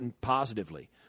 positively